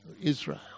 Israel